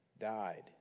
died